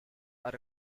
are